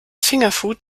fingerfood